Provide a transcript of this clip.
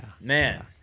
man